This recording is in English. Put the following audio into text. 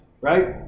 Right